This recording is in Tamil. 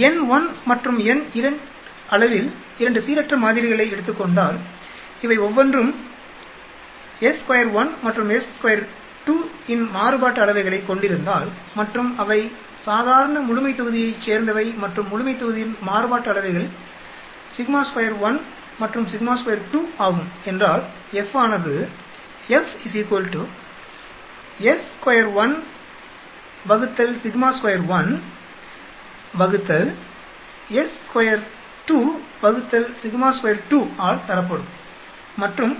நான் n 1 மற்றும் n 2 அளவில் இரண்டு சீரற்ற மாதிரிகளை எடுத்துக் கொண்டால் இவை ஒவ்வொன்றும் s21 மற்றும் s22 இன் மாறுபாட்டு அளவைகளை கொண்டிருந்தால் மற்றும் அவை சாதாரண முழுமைத்தொகுதியைச் சேர்ந்தவை மற்றும் முழுமைத்தொகுதியின் மாறுபாட்டு அளவைகள் σ21 மற்றும் σ22 ஆகும் என்றால் F ஆனது ஆல் தரப்படும் மற்றும்